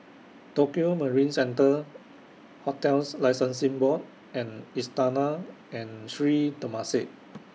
Tokio Marine Centre hotels Licensing Board and Istana and Sri Temasek